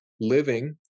living